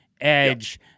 edge